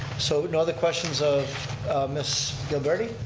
so no other questions of ms. gilberti?